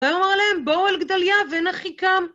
אתה יאמר להם, בואו אל גדליהו ונחיקם.